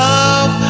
Love